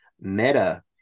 meta